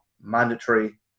mandatory